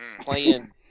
playing